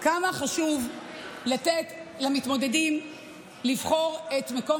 כמה חשוב לתת למתמודדים לבחור את מקום